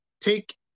take